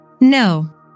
No